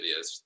videos